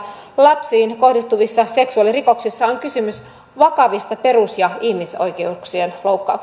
lapsiin kohdistuvissa seksuaalirikoksissa on kysymys vakavista perus ja ihmisoikeuksien loukkauksista